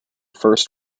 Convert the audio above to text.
first